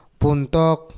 puntok